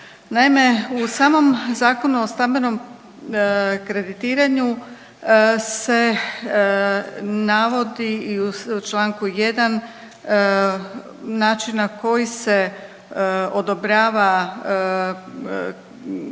Naime, u samom Zakonu o stambenom kreditiranju se navodi i u čl. 1. način na koji se odobrava kredit,